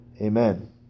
Amen